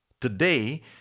Today